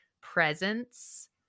presence